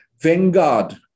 vanguard